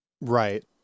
Right